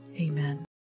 Amen